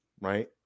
Right